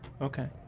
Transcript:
Okay